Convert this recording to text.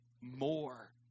more